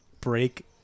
Break